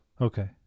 okay